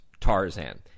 Tarzan